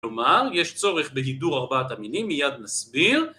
כלומר, יש צורך בהידור ארבעת המינים, מיד נסביר